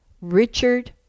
Richard